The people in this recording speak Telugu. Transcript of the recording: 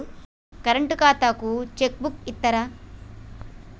కరెంట్ ఖాతాకు చెక్ బుక్కు ఇత్తరా?